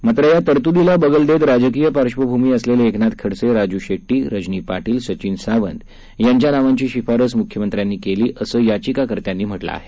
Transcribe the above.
मात्र या तरतूदीला बगल देत राजकीय पार्श्वभूमी असलेले एकनाथ खडसे राजू शेट्टी रजनी पाटील सचिन सावंत आदींच्या नावांची शिफारस मुख्यमंत्र्यांनी केली असं याचिकाकर्त्यांनी म्हटलं आहे